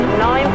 nine